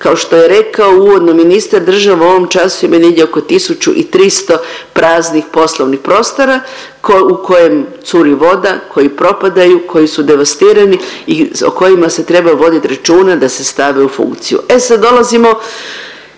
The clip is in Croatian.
Kao što je rekao uvodno ministar država u ovom času ima negdje oko 1300 praznih poslovnih prostora u kojem curi voda, koji propadaju, koji su devastirani i o kojima se treba voditi računa da se stave u funkciju. E sad dolazimo